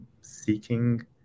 seeking